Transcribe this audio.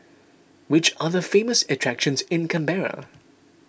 which are the famous attractions in Canberra